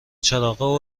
چراغا